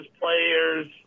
players